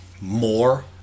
more